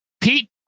Pete